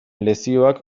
lezioak